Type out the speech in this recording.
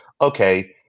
okay